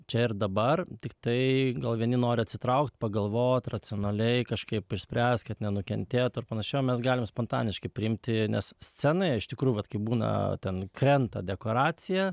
čia ir dabar tiktai vieni nori atsitraukt pagalvot racionaliai kažkaip išsispręst kad nenukentėtų ir panašiai o mes galim spontaniškai priimti nes scenoje iš tikrų vat kaip būna ten krenta dekoracija